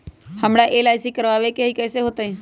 हमरा एल.आई.सी करवावे के हई कैसे होतई?